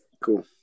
cool